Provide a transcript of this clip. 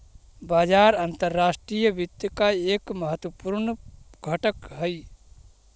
बाजार अंतर्राष्ट्रीय वित्त का एक महत्वपूर्ण घटक हई